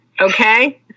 okay